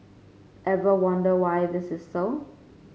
ever wonder why this is so